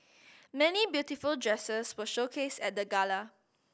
many beautiful dresses were showcased at the gala